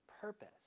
purpose